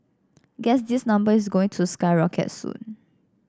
guess this number is going to skyrocket soon